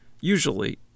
Usually